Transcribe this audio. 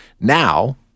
now